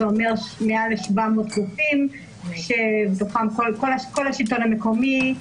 זה אומר מעל 700 גופים, בתוכם כל השלטון המקומי,